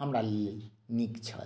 हमरालेल नीक छल